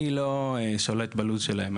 אני לא שולט בלו"ז שלהם.